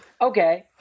okay